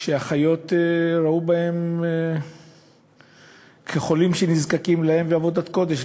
שהאחיות ראו בהם חולים שנזקקים להן, ועבודת קודש.